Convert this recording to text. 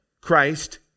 Christ